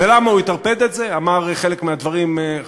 ולמה הוא יטרפד את זה?